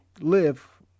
live